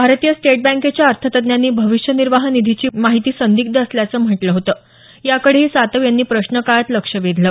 भारतीय स्टेट बँकेच्या अर्थतज्ज्ञांनी भविष्य निर्वाह निधीची माहिती संदिग्ध असल्याचं म्हटलं होतं या कडेही सातव यांनी प्रश्नकाळात लक्ष वेधलं